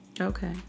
Okay